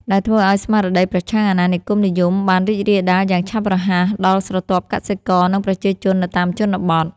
ដែលធ្វើឱ្យស្មារតីប្រឆាំងអាណានិគមនិយមបានរីករាលដាលយ៉ាងឆាប់រហ័សដល់ស្រទាប់កសិករ និងប្រជាជននៅតាមជនបទ។